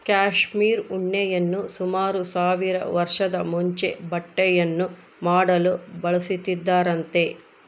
cashmere ಉಣ್ಣೆಯನ್ನು ಸುಮಾರು ಸಾವಿರ ವರ್ಷದ ಮುಂಚೆ ಬಟ್ಟೆಯನ್ನು ಮಾಡಲು ಬಳಸುತ್ತಿದ್ದರಂತೆ